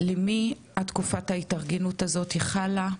על מי תקופת ההתארגנות הזאת חלה?